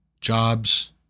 jobs